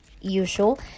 usual